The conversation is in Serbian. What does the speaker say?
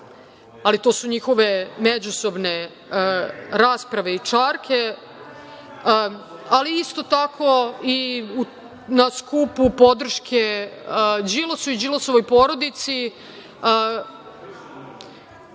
ali to su njihove međusobne rasprave i čarke. Isto tako i na skupu podrške Đilasu i Đilasovoj porodici